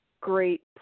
great